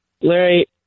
Larry